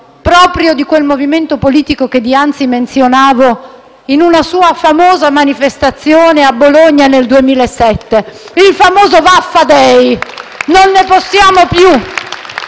proprio di quel movimento politico che dianzi menzionavo, in una sua famosa manifestazione a Bologna nel 2007, il famoso Vaffa day. Non ne possiamo più.